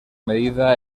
medida